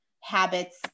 habits